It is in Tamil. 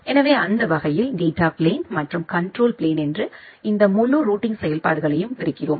எனவே அந்த வகையில் டேட்டா பிளேன் மற்றும் கண்ட்ரோல் பிளேன் என்று இந்த முழு ரூட்டிங் செயல்பாடுகளையும் பிரிக்கிறோம்